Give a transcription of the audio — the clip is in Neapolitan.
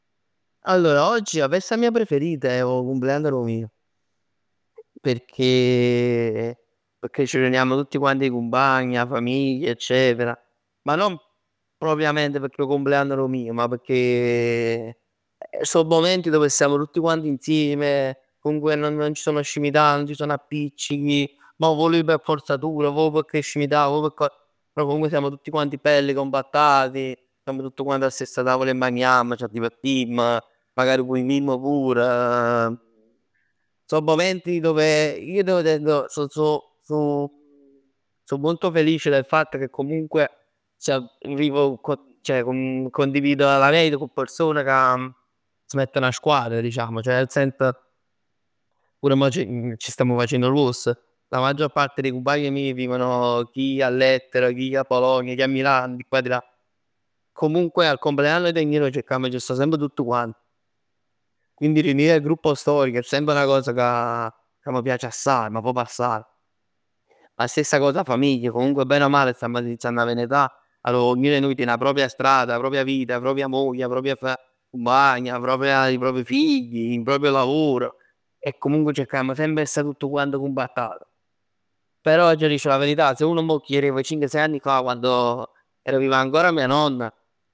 Allora oggi 'a festa mia preferita è o' cumpleann dò mij. Perchè c' riuniamo tutt quant 'e cumpagn 'a famiglia eccetera, ma non propriamente pecchè è 'o compleann dò mij, ma pecchè so momenti dove stiamo tutti quanti insieme, comunque non ci sono scimità, non ci sono appiccichi. Mo vuò pecchè p' 'e forzatura, vuò p' 'e scimità, o pè cocc, però siamo tutti quanti belli compattati. Stamm tutt quant 'a stessa tavola e magnamm, c'addivertimm magari pur. So momenti dove ij nun teng, ij so so so so molto felice del fatto che comunque se arrivo ceh con- condivido la vita cu person cà s' mettn 'a squadra diciamo, ceh nel senso pur mò c' stamm facenn gruoss. La maggior parte de cumpagn mij vivn chi a l'Etna, chi a Bologna, chi a Milano di qua e di là. Comunque al compleanno del mio cercamm e c' sta semp tutt quant. Quindi riunire il gruppo storico è semp 'na cos ca m' piac assaj ma proprj assaj. 'A stessa cos 'a famiglia, comunque bene o male stamm iniziann 'a avè n'età arò ognun 'e nuje tiene 'a propria stada, 'a propria vita, 'a propria moglie, 'a propria cumpagna, i propri figli, il proprio lavoro e comunque cercamm semp 'e sta tutt quant cumpattat. Però aggia dicere 'a verità, se uno m' chierev cinc sei anni fa quando era vivo ancora mia nonna